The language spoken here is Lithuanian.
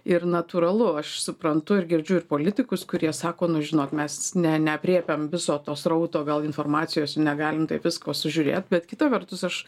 ir natūralu aš suprantu ir girdžiu ir politikus kurie sako nu žinot mes ne neaprėpiam viso to srauto gal informacijos ir negalim taip visko sužiūrėt bet kita vertus aš